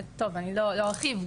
אני לא ארחיב,